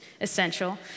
essential